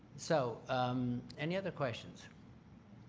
so um any other questions?